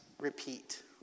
repeat